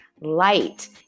light